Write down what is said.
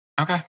okay